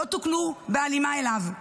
לא תוקנו בהלימה אליו,